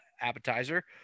appetizer